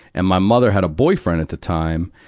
and my mother had a boyfriend at the time,